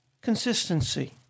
Consistency